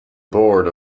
board